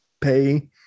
pay